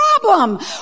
problem